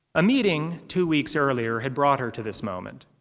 a meeting two weeks earlier had brought her to this moment.